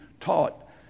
taught